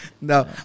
No